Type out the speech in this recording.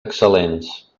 excel·lents